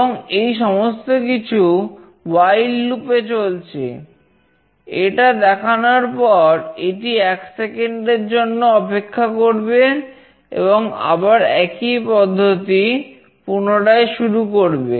এবং এই সমস্ত কিছু while লুপে জন্য অপেক্ষা করবে এবং আবার একই পদ্ধতি পুনরায় শুরু করবে